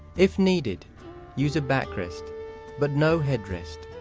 if needed use a backrest but no headrest.